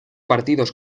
partidos